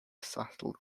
subtle